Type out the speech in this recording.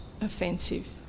offensive